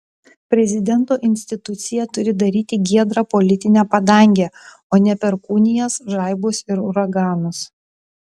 prezidento institucija turi daryti giedrą politinę padangę o ne perkūnijas žaibus ir uraganus